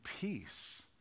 peace